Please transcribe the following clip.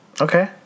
Okay